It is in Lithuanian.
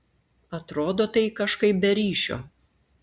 atrodo tai kažkaip be ryšio